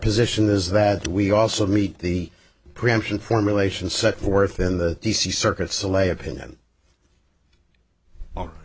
position is that we also meet the preemption formulation set forth in the d c circuit celeb opinion o